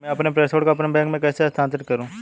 मैं अपने प्रेषण को अपने बैंक में कैसे स्थानांतरित करूँ?